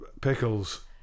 pickles